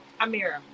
Amira